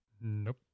Nope